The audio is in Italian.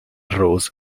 rose